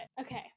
Okay